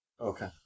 Okay